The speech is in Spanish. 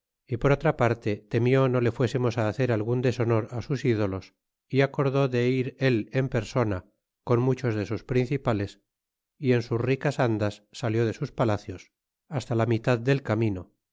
y por otra parte temió no le fuésemos hacer algun deshonor sus ídolos y acordó de ir el en persona con muchos de sus principales y en sus ricas andas salió de sus palacios hasta la mitad del camino